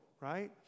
right